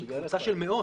שהיא קבוצה של מאות,